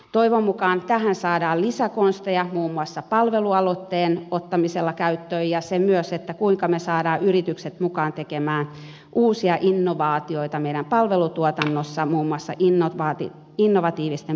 toivon mukaan tähän saadaan lisäkonsteja muun muassa palvelualoitteen ottamisella käyttöön ja tärkeää on myös se kuinka me saamme yritykset mukaan tekemään uusia innovaatioita meidän palvelutuotannossa muun muassa innovatiivisten palveluhankintojen kautta